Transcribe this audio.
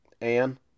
Anne